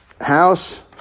house